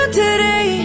today